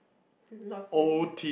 lottery